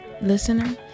listener